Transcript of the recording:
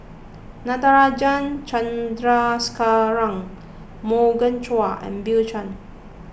Natarajan Chandrasekaran Morgan Chua and Bill Chen